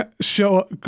show